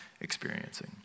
experiencing